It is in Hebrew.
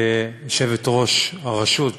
יושבת-ראש הרשות,